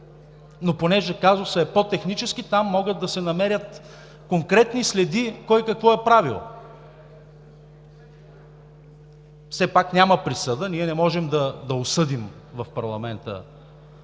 но понеже казусът е по-технически, там могат да се намерят конкретни следи кой какво е правил. Все пак няма присъда, ние не можем да осъдим в парламента